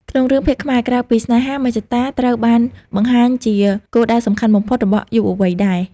ក្នុងរឿងភាគខ្មែរ ក្រៅពីស្នេហា មហិច្ឆតា ត្រូវបានបង្ហាញជាគោលដៅសំខាន់បំផុតរបស់យុវវ័យដែរ។